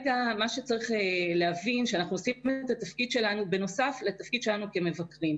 צריך להבין שאנחנו עושים את התפקיד שלנו בנוסף לתפקיד שלנו כמבקרים.